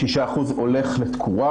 הולך לתקורה,